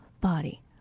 body